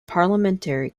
parliamentary